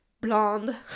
blonde